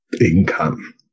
income